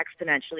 exponentially